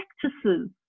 practices